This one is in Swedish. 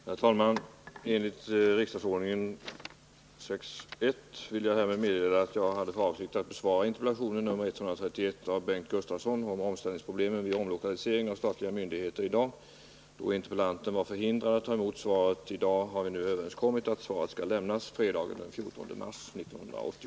Herr talman! Med hänvisning till riksdagsordningens 6 kap. 1§ vill jag härmed meddela att jag hade för avsikt att i dag besvara interpellation 131 av Bengt Gustavsson om omställningsproblemen vid omlokalisering av statliga myndigheter. Då interpellanten var förhindrad att i dag ta emot svaret har vi överenskommit att svaret skall lämnas fredagen den 14 mars 1980.